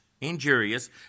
injurious